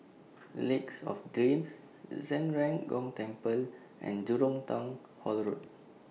Lake of Dreams Zhen Ren Gong Temple and Jurong Town Hall Road